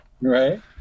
Right